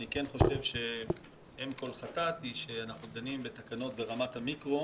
אני כן חושב שאם כל חטאת היא שאנחנו דנים בתקנות ברמת המיקרו